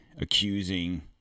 Accusing